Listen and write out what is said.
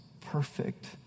perfect